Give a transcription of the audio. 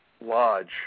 Lodge